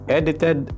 edited